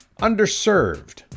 Underserved